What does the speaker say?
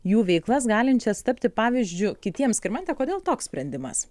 jų veiklas galinčias tapti pavyzdžiu kitiems skirmante kodėl toks sprendimas